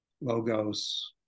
logos